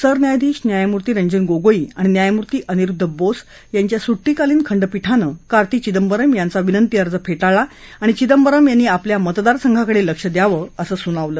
सरन्यायाधीश न्यायमूर्ती रंजन गोगोई आणि न्यायमूर्ती अनिरुद्ध बोस यांच्या सुट्टीकालीन खंडपीठानं कार्ती चिदंबरम यांचा विनंती अर्ज फेंटाळला आणि चिदंबरम यांनी आपल्या मतदार संघात लक्ष द्यावं असं सुनावलं